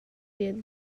rian